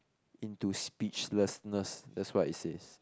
into speechlessness that's what it says